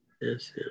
Yes